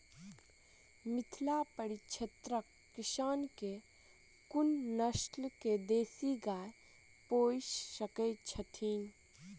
मिथिला परिक्षेत्रक किसान केँ कुन नस्ल केँ देसी गाय केँ पोइस सकैत छैथि?